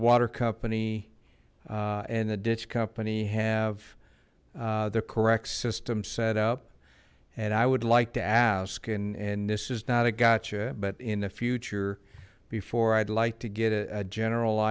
water company and the ditch company have the correct system set up and i would like to ask and and this is not a gotcha but in the future before i'd like to get a general